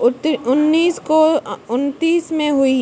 उन्नीस सौ उनत्तीस में हुई